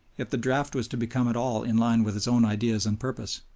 if the draft was to become at all in line with his own ideas and purpose.